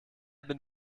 bin